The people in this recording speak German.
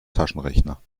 taschenrechner